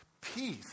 peace